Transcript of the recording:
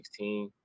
2016